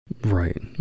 Right